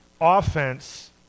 offense